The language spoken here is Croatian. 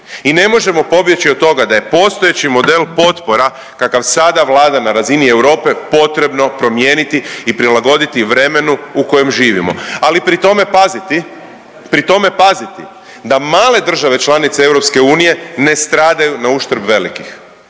i ne možemo pobjeći od toga da je postojeći model potpora kakav sada vlada na razini Europe potrebno promijeniti i prilagoditi vremenu u kojem živimo, ali pri tome paziti, pri tome paziti da male države članice EU ne stradaju na uštrb velikih.